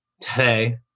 Today